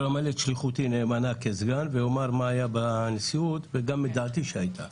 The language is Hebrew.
שליחותי נאמנה כסגן ואומר את מה שהיה בנשיאות ואת דעתי שהייתה.